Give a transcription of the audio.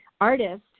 Artist